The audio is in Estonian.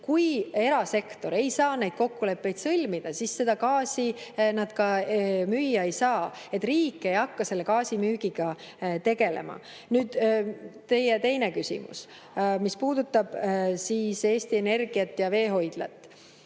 Kui erasektor ei saa neid kokkuleppeid sõlmida, siis seda gaasi nad ka müüa ei saa. Riik ei hakka gaasimüügiga tegelema. Teie teine küsimus puudutas Eesti Energiat ja veehoidlat.